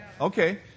Okay